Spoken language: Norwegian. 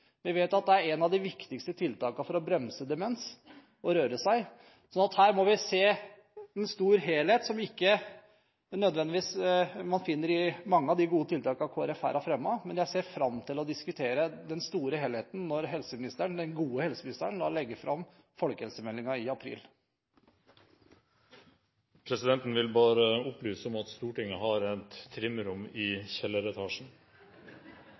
Vi vet at å røre seg er et av de viktigste tiltakene for å bremse demens. Vi må se en stor helhet som man ikke nødvendigvis finner i de mange gode tiltakene Kristelig Folkeparti her har fremmet. Jeg ser fram til å diskutere den store helheten når den gode helseministeren legger fram folkehelsemeldingen i april. Presidenten vil bare opplyse om at Stortinget har et trimrom i